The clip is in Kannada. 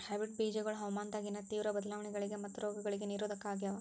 ಹೈಬ್ರಿಡ್ ಬೇಜಗೊಳ ಹವಾಮಾನದಾಗಿನ ತೇವ್ರ ಬದಲಾವಣೆಗಳಿಗ ಮತ್ತು ರೋಗಗಳಿಗ ನಿರೋಧಕ ಆಗ್ಯಾವ